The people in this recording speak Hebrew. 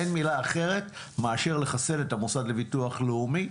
אין מילה אחרת מאשר לחסל את המוסד לביטוח לאומי,